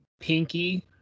Pinky